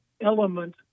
element